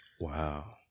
Wow